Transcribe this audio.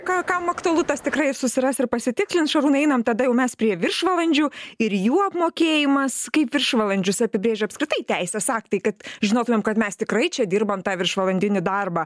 ką kam aktualu tas tikrai susiras ir pasitikslins šarūnai einam tada jau mes prie viršvalandžių ir jų apmokėjimas kaip viršvalandžius apibrėžia apskritai teisės aktai kad žinotumėm kad mes tikrai čia dirbam tą viršvalandinį darbą